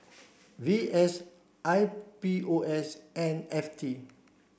V S I P O S and F T